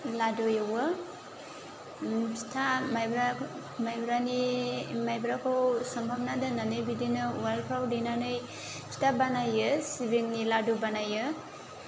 लादु एवो ओम फिथा मायब्रा मायब्रानि मायब्राखौ सोमहाबना दोन्नानै बिदिनो उवालफ्राव देनानै फिथा बानायो सिबिंनि लादु बानायो